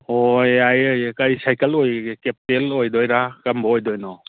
ꯑꯣ ꯌꯥꯏꯌꯦ ꯌꯥꯏꯌꯦ ꯀꯔꯤ ꯁꯥꯏꯀꯜ ꯑꯣꯏꯔꯤꯒꯦ ꯀꯦꯞꯇꯦꯜ ꯑꯣꯏꯗꯣꯏꯔ ꯀꯔꯝꯕ ꯑꯣꯏꯗꯣꯏꯅꯣ